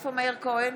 נגד יום טוב חי כלפון,